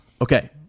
okay